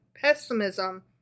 pessimism